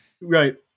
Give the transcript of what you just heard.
Right